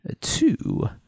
two